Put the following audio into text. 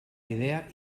idea